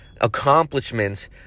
accomplishments